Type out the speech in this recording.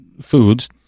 foods